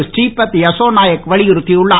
ஸ்ரீபத் யசோ நாயக் வலியுறுத்தி உள்ளார்